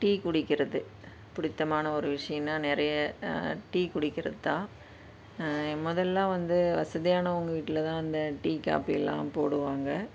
tea குடிக்கிறது பிடித்தமான ஒரு விஷயம்னா நிறைய டீ குடிக்கிறது தான் முதலெல்லாம் வந்து வசதியானவங்கள் வீட்டில் தான் வந்து இந்த டீ காபி எல்லாம் போடுவாங்க